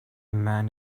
man